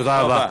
תודה רבה.